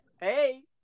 hey